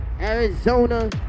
Arizona